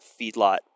feedlot